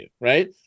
right